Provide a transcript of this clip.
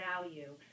value